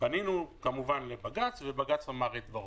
פנינו כמובן לבג"ץ ובג"ץ אמר את דברו.